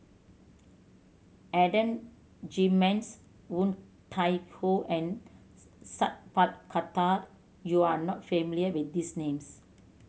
Adan Jimenez Woon Tai Ho and Sat Pal Khattar you are not familiar with these names